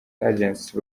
agency